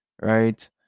Right